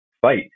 fight